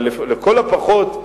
אבל לכל הפחות,